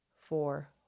four